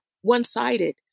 one-sided